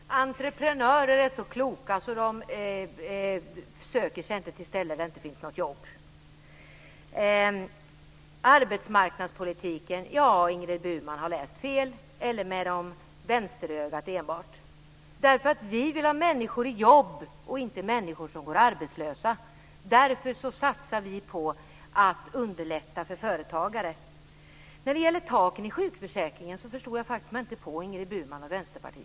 Herr talman! Entreprenörer är så kloka att de inte söker sig till ett ställe där det inte finns något jobb. När det gäller arbetsmarknadspolitiken har Ingrid Burman läst fel eller enbart med vänsterögat. Vi vill ha människor i jobb och inte människor som går arbetslösa. Därför satsar vi på att underlätta för företagare. Jag förstår mig inte på Ingrid Burman och Vänsterpartiet när det gäller taken i sjukförsäkringen.